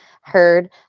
heard